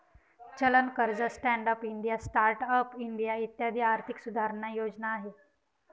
चलन कर्ज, stand up India, start up India इत्यादी आर्थिक सुधारणा योजना आहे